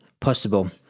possible